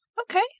Okay